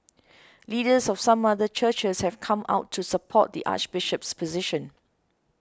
leaders of some other churches have come out to support the Archbishop's position